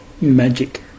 magic